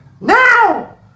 Now